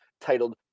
titled